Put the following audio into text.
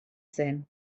zen